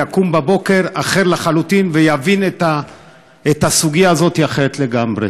יקום בבוקר אחר לחלוטין ויבין את הסוגיה הזאת אחרת לגמרי.